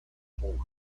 poland